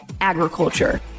agriculture